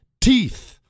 teeth